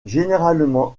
généralement